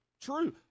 true